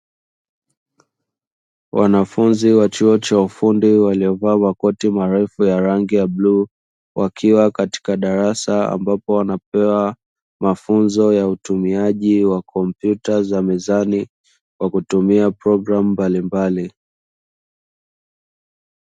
Wanafunzi wa chuo cha ufundi waliovaa makoti marefu ya rangi ya bluu, wakiwa katika darasa ambapo wanapewa mafunzo ya utumiaji wa kompyuta za mezani kwa kutumia programu mbalimbali.